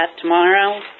tomorrow